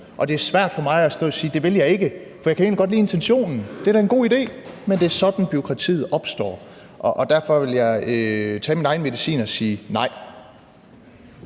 Og det er svært for mig at stå og sige, at det vil jeg ikke, for jeg kan egentlig godt lide intentionen; det er da en god idé. Men det er sådan, at bureaukratiet opstår. Og derfor vil jeg tage min egen medicin og sige: Nej.